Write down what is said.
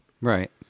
right